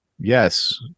Yes